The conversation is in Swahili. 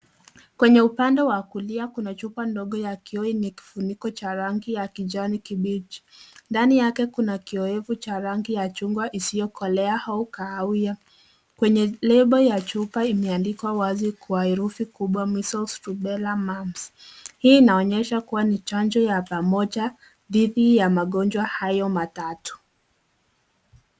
Kwenye upande wa kulia kuna chupa ndogo ya kioo na kifuniko cha rangi ya kijani kibichi. Ndani yake kuna kioevu cha rangi ya chungwa isiyokolea au kahawia. Kwenye lebo ya chupa imeandikwa wazi kwa herufi kubwa Measles Rubella Mumps . Hii inaonyesha kuwa ni chanjo ya pamoja dhidi ya magonjwa hayo matatu.